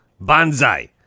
Banzai